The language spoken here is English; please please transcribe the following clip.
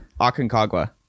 Aconcagua